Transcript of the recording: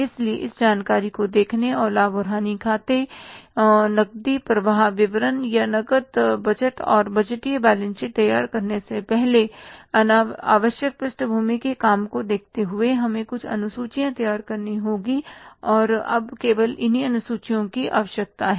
इसलिए इस जानकारी को देखने और लाभ और हानि खाते नकदी प्रवाह विवरण या नकद बजट और बजटीय बैलेंस शीट तैयार करने से पहले आवश्यक पृष्ठभूमि के काम को देखते हुए हमें कुछ अनुसूचियां तैयार करनी होगी और अब केवल इन्हीं अनुसूचियों की आवश्यकता है